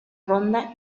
ronda